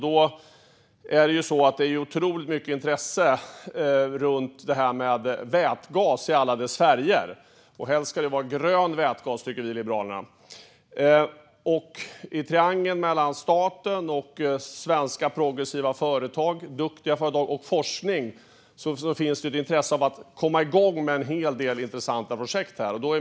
Det finns ett otroligt stort intresse för vätgas i alla dess färger. Vi i Liberalerna tycker att det helst ska vara grön vätgas. I triangeln mellan staten, svenska progressiva och duktiga företag och forskningen finns det ett intresse av att komma igång med en hel del intressanta projekt.